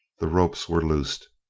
the ropes were loosed.